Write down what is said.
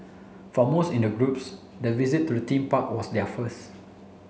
for most in the groups the visit to the theme park was their first